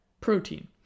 protein